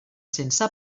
sense